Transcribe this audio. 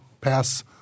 pass